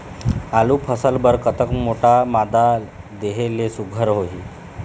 आलू फसल बर कतक मोटा मादा देहे ले सुघ्घर होही?